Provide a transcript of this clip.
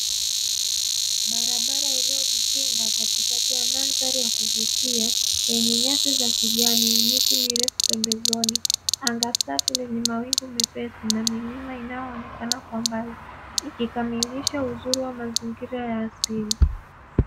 Barabara iliyojipinda katikati ya mandhari ya kuvutia yenye nyasi za kijani, miti mirefu pembezoni, anga safi lenye mawingu mepesi na milima inayoonekana kwa mbali ikikamilisha uzuri wa mazingira ya asili.